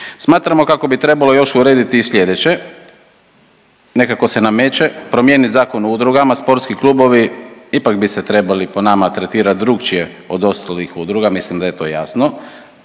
Smatramo kako ti trebalo još urediti i sljedeće, nekako se nameće promijeniti Zakon o udrugama, sportskim klubovi ipak bi se trebali tretirat po nama drukčije od ostalih udruga mislim da je to jasno,